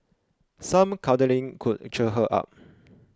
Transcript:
some cuddling could cheer her up